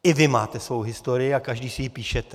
I vy máte svou historii a každý si ji píšete.